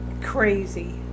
crazy